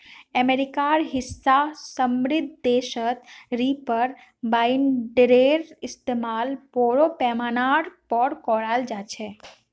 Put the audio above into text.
अमेरिकार हिस्सा समृद्ध देशत रीपर बाइंडरेर इस्तमाल बोरो पैमानार पर कराल जा छेक